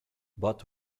but